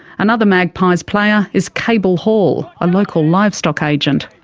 another magpies player is cable hall, a local livestock agent.